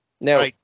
Now